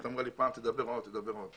פעם היא אמרה לי: תדבר עוד, תדבר עוד.